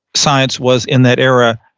science was in that era.